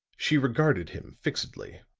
she regarded him fixedly.